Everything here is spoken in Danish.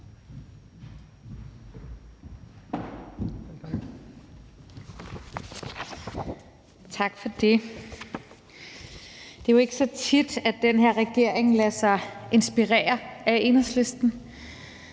Tak for det. Det er jo ikke så tit, at den her regering lader sig inspirere af Enhedslisten,